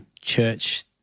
church